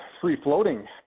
free-floating